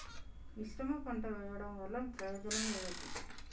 మిశ్రమ పంట వెయ్యడం వల్ల ప్రయోజనం ఏమిటి?